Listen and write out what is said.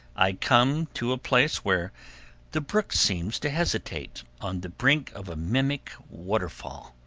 i come to a place where the brook seems to hesitate on the brink of a mimic waterfall,